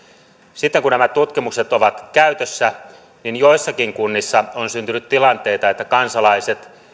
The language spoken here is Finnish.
sitten kun nämä tutkimukset ovat käytössä niin joissakin kunnissa on syntynyt tilanteita että kansalaiset